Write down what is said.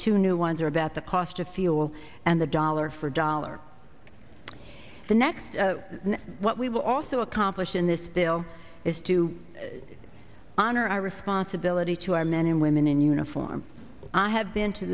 two new ones are about the cost of fuel and the dollar for dollar the next what we've also accomplished in this bill is to honor our responsibility to our men and women in uniform i have been to